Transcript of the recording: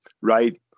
right